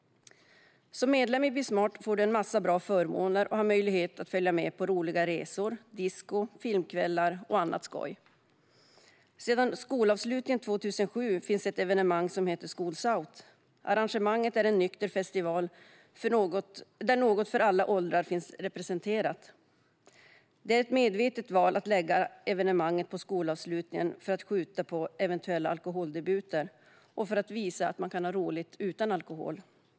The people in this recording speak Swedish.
Som medlem i Be smart får du en massa bra förmåner, och du har möjlighet att följa med på roliga resor, disco, filmkvällar och annat skoj. Sedan skolavslutningen 2007 finns ett evenemang som heter School's Out. Arrangemanget är en nykter festival där något för alla åldrar finns representerat. Det är ett medvetet val att lägga evenemanget på skolavslutningen för att skjuta på eventuella alkoholdebuter och för att visa att man kan ha roligt utan alkohol.